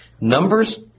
Numbers